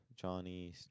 Johnny